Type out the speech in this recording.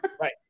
Right